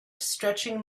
stretching